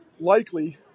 likely